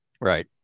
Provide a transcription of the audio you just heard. Right